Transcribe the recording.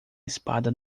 espada